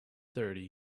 thirty